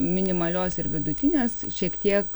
minimalios ir vidutinės šiek tiek